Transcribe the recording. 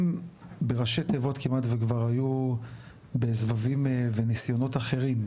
בראשי תיבות כמעט וכבר היו בסבבים וניסיונות אחרים,